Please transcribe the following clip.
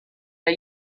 now